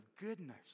goodness